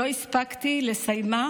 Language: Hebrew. שלא הספקתי לסיימה